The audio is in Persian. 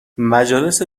مجالس